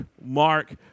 Mark